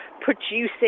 producing